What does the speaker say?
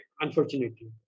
unfortunately